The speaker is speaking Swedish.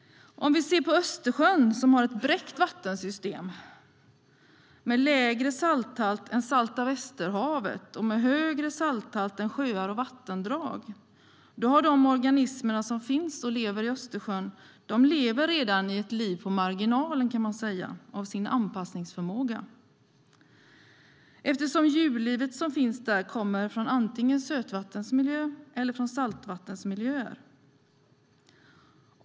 Om vi ser på Östersjön, som har ett bräckt vattensystem med lägre salthalt än salta Västerhavet och med högre salthalt än sjöar och vattendrag, lever de organismer som finns i Östersjön redan ett liv på marginalen av sin anpassningsförmåga eftersom djurlivet som finns där kommer från antingen sötvattenmiljö eller saltvattenmiljö.